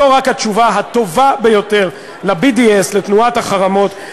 זו התשובה הטובה ביותר ל-BDS, לתנועת החרמות.